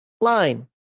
line